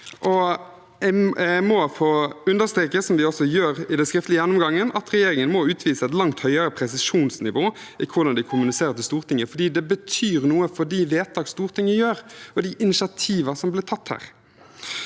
gjennomgangen, at regjeringen må utvise et langt høyere presisjonsnivå i hvordan de kommuniserer til Stortinget, fordi det betyr noe for de vedtak Stortinget gjør, og for de initiativer som blir tatt her.